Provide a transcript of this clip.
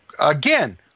again